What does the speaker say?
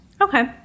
Okay